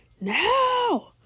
Now